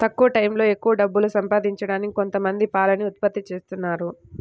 తక్కువ టైయ్యంలో ఎక్కవ డబ్బులు సంపాదించడానికి కొంతమంది పాలని ఉత్పత్తి జేత్తన్నారు